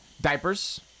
Diapers